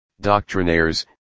doctrinaires